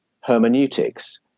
hermeneutics